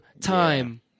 time